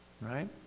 right